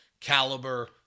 caliber